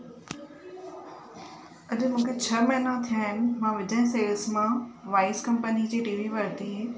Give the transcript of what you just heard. अॼु मूंखे छह महीना थिया आहिनि मां विजय सेल्स मां वाइस कंपनी जी टीवी वरिती